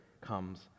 comes